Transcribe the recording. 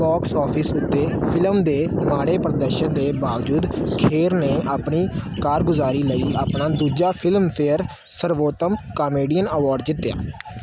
box office ਉੱਤੇ film ਦੇ ਮਾੜੇ ਪ੍ਰਦਰਸ਼ਨ ਦੇ ਬਾਵਜੂਦ ਖੇਰ ਨੇ ਆਪਣੀ ਕਾਰਗੁਜ਼ਾਰੀ ਲਈ ਆਪਣਾ ਦੂਜਾ ਫਿਲਮਫੇਅਰ ਸਰਵੋਤਮ ਕਾਮੇਡੀਅਨ ਅਵਾਰਡ ਜਿੱਤਿਆ